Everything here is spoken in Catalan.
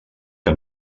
que